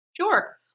Sure